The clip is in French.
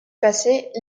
passée